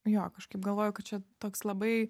jo kažkaip galvoju kad čia toks labai